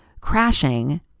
crashing